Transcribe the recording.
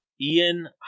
Ian